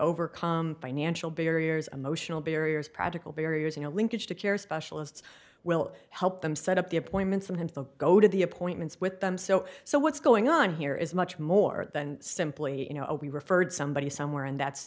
overcome financial barriers emotional barriers practical barriers you know linkage to care specialists will help them set up the appointments for him to go to the appointments with them so so what's going on here is much more than simply you know we referred somebody somewhere and that's